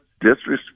disrespect